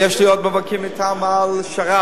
ויש לי עוד מאבקים אתם על שר"פ,